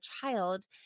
child